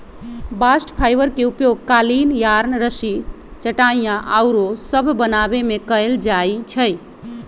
bast fibre के उपयोग कालीन, यार्न, रस्सी, चटाइया आउरो सभ बनाबे में कएल जाइ छइ